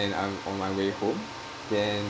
and I'm on my way home then